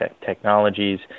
technologies